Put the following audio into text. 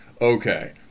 Okay